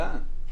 לאן?